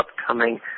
upcoming